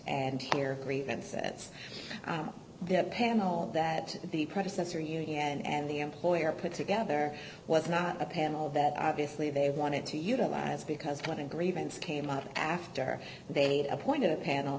and here grievances the panel that the predecessor union and the employer put together was not a panel that obviously they wanted to utilize because when a grievance came up after they'd appointed a panel